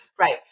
right